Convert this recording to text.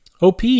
OP